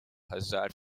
hazard